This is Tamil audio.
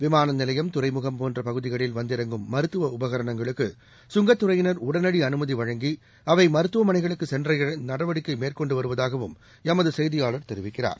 விமான நிலையம் துறைமுகம் போன்ற பகுதிகளில் வந்திறங்கும் மருத்துவ உபகரணங்களுக்கு கங்கத் துறையினர் உடனடி அனுமதி வழங்கி அவை மருத்துவமனைகளுக்கு சென்றடைய நடவடிக்கை மேற்கொண்டு வருவதாகவும் எமது செய்தியாளர் தெரிவிக்கிறார்